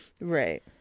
Right